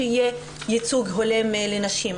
שיהיה ייצוג הולם לנשים.